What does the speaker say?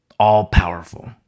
all-powerful